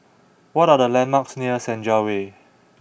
what are the landmarks near Senja Way